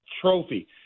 trophy